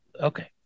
Okay